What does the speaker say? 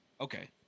okay